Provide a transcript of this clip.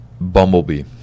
Bumblebee